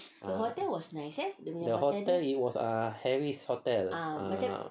ah the hotel it was ah harris hotel a'ah